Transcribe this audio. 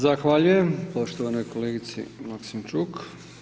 Zahvaljujem, poštovanoj kolegici Maksimčuk.